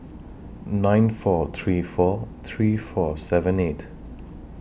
nine four three four three four seven eight